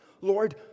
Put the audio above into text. Lord